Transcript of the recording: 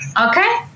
okay